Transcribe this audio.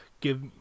Give